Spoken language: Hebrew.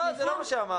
לא, זה לא מה שאמרת.